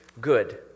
good